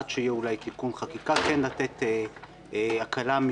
עד שיהיה אולי תיקון חקיקה,